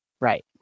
Right